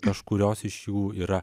kažkurios iš jų yra